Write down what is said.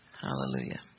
Hallelujah